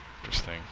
Interesting